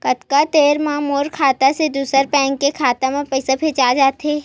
कतका देर मा मोर खाता से दूसरा बैंक के खाता मा पईसा भेजा जाथे?